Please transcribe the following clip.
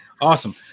awesome